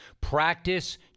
Practice